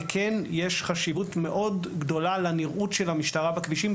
וכן יש חשיבות מאוד גדולה לנראות של המשטרה בכבישים,